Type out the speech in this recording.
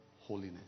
holiness